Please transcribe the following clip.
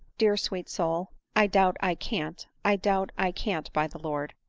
dear, sweet soul! i doubt i can't, i doubt i can't, by the lord!